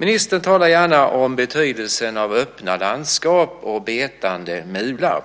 Ministern talar gärna om betydelsen av öppna landskap och betande mular.